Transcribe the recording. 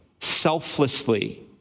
selflessly